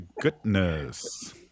goodness